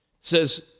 says